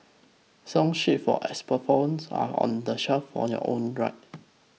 song sheets for xylophones are on the shelf on your own right